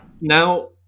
Now